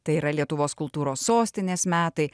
tai yra lietuvos kultūros sostinės metai